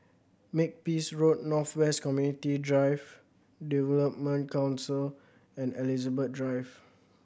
Makepeace Road North West Community Drive Development Council and Elizabeth Drive